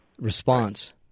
response